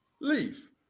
leave